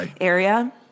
area